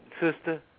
sister